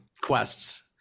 quests